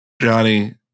Johnny